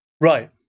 Right